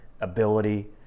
ability